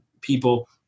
people